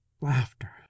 Laughter